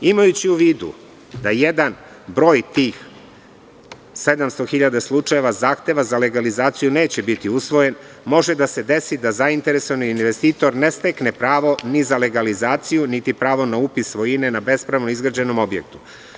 Imajući u vidu da jedan broj tih 700.000 slučajeva zahteva za legalizaciju neće biti usvojen, može da se desi da zainteresovan investitor ne stekne pravo ni za legalizaciju, niti pravo na upis svojine na bespravno izgrađenom objektu.